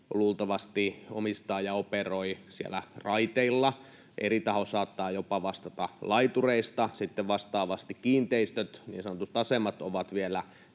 luultavasti omistaa ja operoi siellä raiteilla, eri taho jopa saattaa vastata laitureista, sitten vastaavasti kiinteistöt, niin sanotusti asemat, ovat vielä